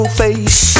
face